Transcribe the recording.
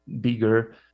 bigger